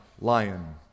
lion